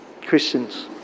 Christians